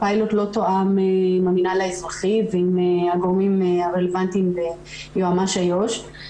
הפיילוט לא תואם עם המנהל האזרחי וגם הגורמים הרלוונטיים ביועמ"ש איו"ש.